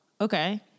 Okay